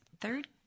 third